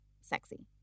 sexy